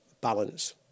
balance